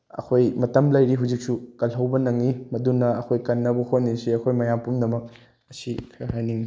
ꯑꯩꯈꯣꯏ ꯃꯇꯝ ꯂꯩꯔꯤ ꯍꯧꯖꯤꯛꯁꯨ ꯀꯜꯍꯧꯕ ꯅꯪꯉꯤ ꯃꯗꯨꯅ ꯑꯩꯈꯣꯏ ꯀꯟꯅꯕ ꯍꯣꯠꯅꯁꯤ ꯑꯩꯈꯣꯏ ꯃꯌꯥꯝ ꯄꯨꯝꯅꯃꯛ ꯑꯁꯤ ꯈꯔ ꯍꯥꯏꯅꯤꯡꯉꯤ